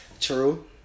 true